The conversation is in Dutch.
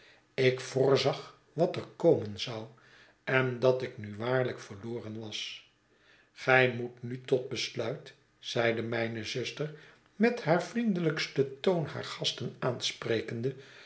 ik voorzag wat er komen zou en dat ik nu waarlijk verloren was gij moet nu tot besluit zeide mijne zuster met haar vriendelijksten toon hare gasten aansprekende